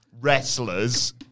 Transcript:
wrestlers